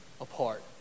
apart